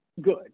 good